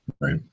Right